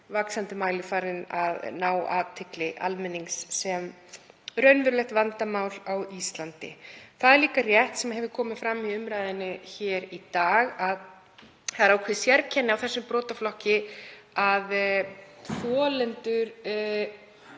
vaxandi mæli farið að ná athygli almennings sem raunverulegt vandamál á Íslandi. Það er líka rétt sem komið hefur fram í umræðunni hér í dag að það er ákveðið sérkenni á þessum brotaflokki að þolendur